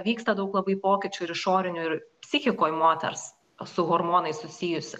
vyksta daug labai pokyčių ir išorinių ir psichikoj moters su hormonais susijusi